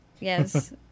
Yes